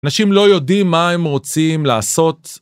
‫אנשים לא יודעים מה הם רוצים לעשות.